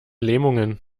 lähmungen